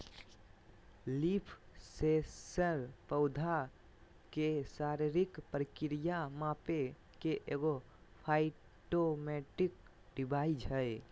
leaf sensor पौधा के शारीरिक प्रक्रिया मापे के एगो फाइटोमेट्रिक डिवाइस हइ